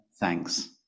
thanks